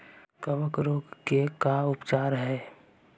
कबक रोग के का उपचार है?